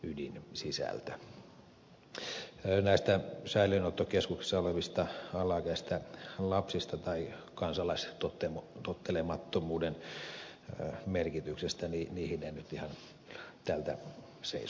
kysymyksiin näistä säilöönottokeskuskissa olevista alaikäisistä lapsista tai kansalaistottelemattomuuden merkityksestä en nyt ihan tältä seisomalta enempää vastaa